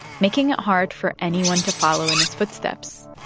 making it hard for anyone to follow in his footsteps.